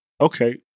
Okay